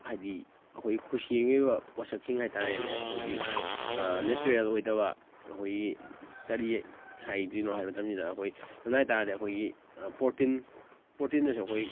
ꯍꯥꯏꯗꯤ ꯑꯩꯈꯣꯏ ꯈꯨꯁꯦꯝꯒꯤ ꯑꯣꯏꯕ ꯄꯣꯠꯁꯛꯁꯤꯡ ꯍꯥꯏꯇꯥꯔꯦꯅꯦ ꯑꯩꯈꯣꯏꯒꯤ ꯅꯦꯆꯔꯦꯜ ꯑꯣꯏꯗꯕ ꯑꯩꯈꯣꯏꯒꯤ ꯀꯔꯤ ꯍꯥꯏꯗꯣꯏꯅꯣ ꯍꯥꯏꯕ ꯃꯇꯝꯁꯤꯗ ꯑꯩꯈꯣꯏ ꯁꯝꯅ ꯍꯥꯏꯇꯥꯔꯗꯤ ꯑꯩꯈꯣꯏꯒꯤ ꯄꯣꯔꯇꯤꯟ ꯄꯣꯔꯇꯤꯟꯗꯁꯨ ꯑꯩꯈꯣꯏ